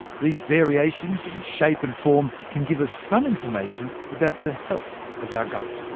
these variations in shape and form can give us some information about the health of our gut.